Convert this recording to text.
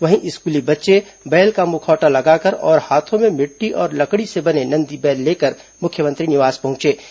वहीं स्कूली बच्चे बैल का मुखौटा लगाकर और हाथों में मिट्टी और लकड़ी से बने नंदी बैल लेकर मुख्यमंत्री निवास पहुंचे थे